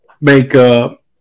makeup